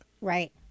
Right